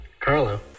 Carlo